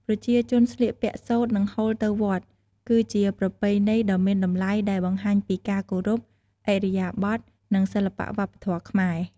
ប្រជាជនស្លៀកពាក់សូត្រ និងហូលទៅវត្ត គឺជាប្រពៃណីដ៏មានតម្លៃដែលបង្ហាញពីការគោរព ឥរិយាបថ និងសិល្បៈវប្បធម៌ខ្មែរ។